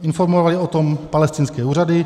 Informovaly o tom palestinské úřady.